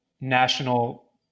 national